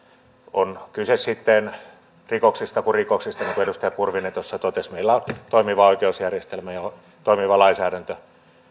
on kyse sitten rikoksesta kuin rikoksesta niin kuin edustaja kurvinen tuossa totesi meillä on toimiva oikeusjärjestelmä ja myös toimiva lainsäädäntö